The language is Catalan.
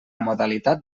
modalitat